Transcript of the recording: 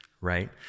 right